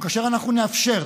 או כאשר אנחנו נאפשר,